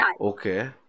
Okay